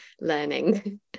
learning